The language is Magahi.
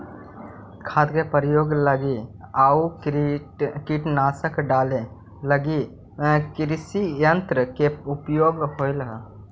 खाद के प्रयोग लगी आउ कीटनाशक डाले लगी भी कृषियन्त्र के उपयोग होवऽ हई